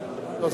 לא,